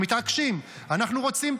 הם מתעקשים: אנחנו רוצים.